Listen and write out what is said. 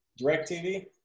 DirecTV